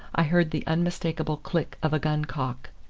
i heard the unmistakable click of a gun cock.